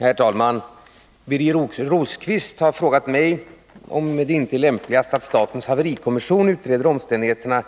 Herr talman! Birger Rosqvist har frågat mig om det inte är lämpligast att statens haverikommission utreder omständigheterna